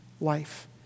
life